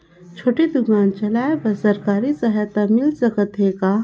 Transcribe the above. छोटे दुकान चलाय बर सरकारी सहायता मिल सकत हे का?